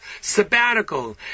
sabbatical